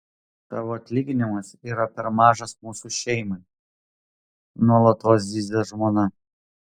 tavo atlyginimas yra per mažas mūsų šeimai nuolatos zyzia žmona